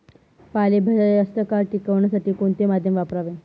पालेभाज्या जास्त काळ टिकवण्यासाठी कोणते माध्यम वापरावे?